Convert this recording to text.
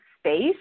space